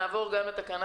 נעבור לתקנה